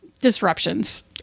disruptions